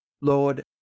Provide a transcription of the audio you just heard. lord